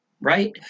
right